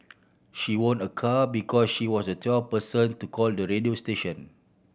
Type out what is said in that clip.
she won a car because she was the twelfth person to call the radio station